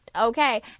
okay